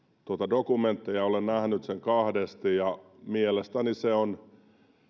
tuota dokumenttia olen nähnyt sen kahdesti että mielestäni se on